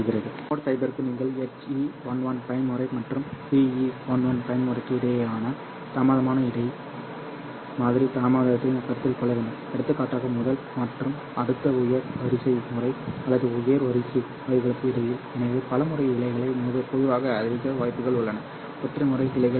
multi mode ஃபைபருக்கு நீங்கள் HE11 பயன்முறை மற்றும் TE11 பயன்முறைக்கு இடையேயான தாமதமான இடை மாதிரி தாமதத்தையும் கருத்தில் கொள்ள வேண்டும் எடுத்துக்காட்டாக முதல் மற்றும் அடுத்த உயர் வரிசை முறை அல்லது உயர் வரிசை முறைகளுக்கு இடையில் எனவே பல முறை இழைகள் பொதுவாக அதிக வாய்ப்புகள் உள்ளன ஒற்றை முறை இழைகள் சிதற